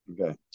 Okay